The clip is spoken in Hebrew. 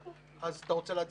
אז אתה רוצה להצביע?